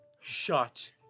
Shut